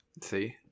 see